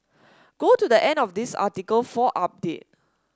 go to the end of this article for update